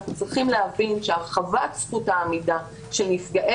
אנחנו צריכים להבין שהרחבת זכות העמידה של נפגעי